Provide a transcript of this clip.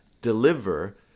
deliver